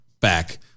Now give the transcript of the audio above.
back